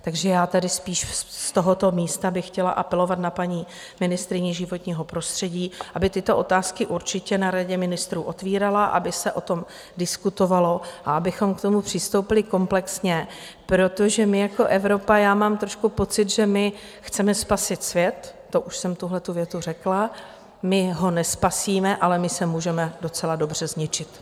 Takže tady spíš z tohoto místa bych chtěla apelovat na paní ministryni životního prostředí, aby tyto otázky určitě na radě ministrů otvírala, aby se o tom diskutovalo a abychom k tomu přistoupili komplexně, protože my jako Evropa mám trošku pocit, že chceme spasit svět už jsem tuhletu větu řekla: My ho nespasíme, ale my se můžeme docela dobře zničit.